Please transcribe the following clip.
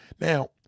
Now